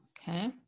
Okay